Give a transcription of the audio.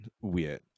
weird